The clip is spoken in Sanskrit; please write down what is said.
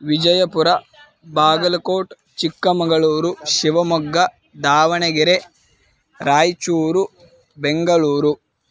विजयपुर बागल्कोट् चिक्कमगळूरु शिवमोग्ग दावणगेरे राय्चूरु बेङ्गलूरु